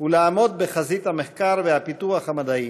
ולעמוד בחזית המחקר והפיתוח המדעי,